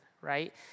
right